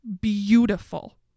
Beautiful